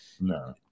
No